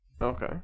Okay